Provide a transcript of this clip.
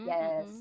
Yes